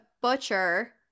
butcher